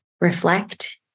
reflect